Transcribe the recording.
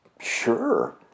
sure